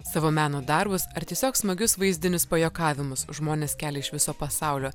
savo meno darbus ar tiesiog smagius vaizdinius pajuokavimus žmonės kelia iš viso pasaulio